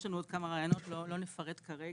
יש לנו עוד כמה רעיונות, לא נפרט כרגע.